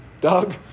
Doug